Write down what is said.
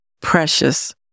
Precious